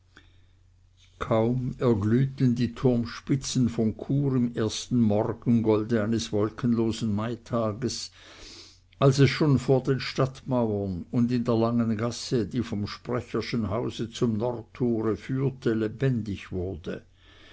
kaum erglühten die turmspitzen von chur im ersten morgengolde eines wolkenlosen maitages als es schon vor den stadtmauern und in der langen gasse die vom sprecherschen hause zum nordtore führte lebendig wurde